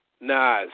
Nas